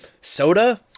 Soda